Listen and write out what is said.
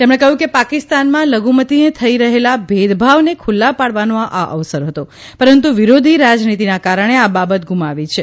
તેમણે કહયું કે પાકિસ્તાનમાં લધુમતીને થઇ રહેલા ભેદભાવને ખુલ્લા પાડવાનો આ અવસર હતો પરંતુ વિરોધી રાજનીતીના કારણે આ બાબત ગુમાવી છે